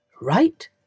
right